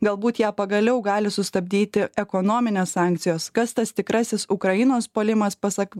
galbūt ją pagaliau gali sustabdyti ekonominės sankcijos kas tas tikrasis ukrainos puolimas pasak